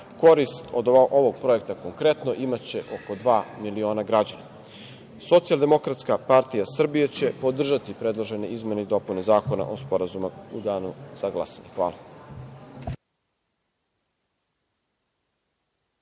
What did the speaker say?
Korist od ovog projekta konkretno, imaće oko dva miliona građana. Socijaldemokratska partija Srbije će podržati predložene izmene i dopune zakona o sporazumima u Danu za glasanje. Hvala.